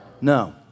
No